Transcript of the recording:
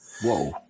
Whoa